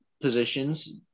positions